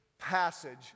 passage